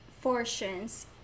fortunes